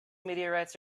meteorites